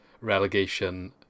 relegation